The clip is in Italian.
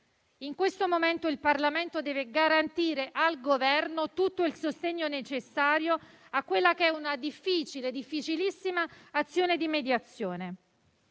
In questo momento, il Parlamento deve garantire al Governo tutto il sostegno necessario a una difficilissima azione di mediazione.